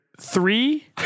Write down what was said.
three